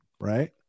Right